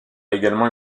également